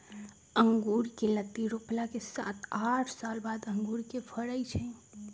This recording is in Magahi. अँगुर कें लत्ति रोपला के सात आठ साल बाद अंगुर के फरइ छइ